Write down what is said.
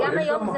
לא, יש לה מקום.